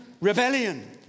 rebellion